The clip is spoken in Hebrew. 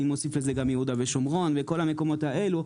אני מוסיף גם את יהודה ושומרון וכל המקומות האלה,